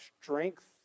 strength